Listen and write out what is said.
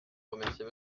remercier